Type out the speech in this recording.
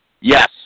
Yes